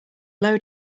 low